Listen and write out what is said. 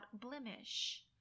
blemish